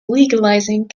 legalizing